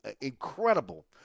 incredible